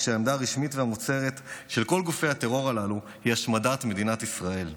והעמדה הרשמית והמוצהרת של כל גופי הטרור הללו היא השמדת מדינת ישראל.